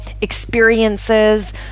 experiences